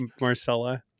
Marcella